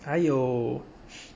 还有